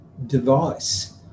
Device